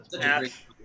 Ash